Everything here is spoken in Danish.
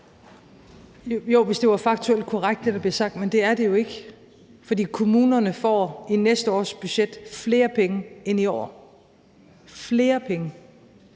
blev sagt, var faktuelt korrekt, men det er det jo ikke. For kommunerne får i næste års budget flere penge end i år – flere penge